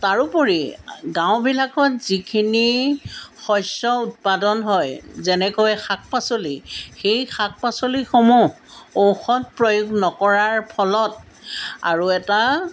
তাৰোপৰি গাঁওবিলাকত যিখিনি শস্য উৎপাদন হয় যেনেকৈ শাক পাচলি সেই শাক পাচলিসমূহ ঔষধ প্ৰয়োগ নকৰাৰ ফলত আৰু এটা